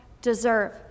deserve